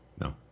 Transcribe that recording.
No